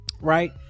right